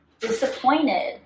disappointed